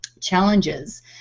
challenges